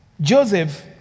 Joseph